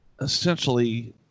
essentially